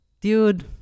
dude